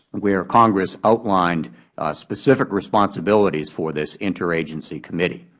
where congress outlined specific responsibilities for this interagency committee.